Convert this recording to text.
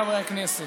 חברי הכנסת,